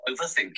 overthinking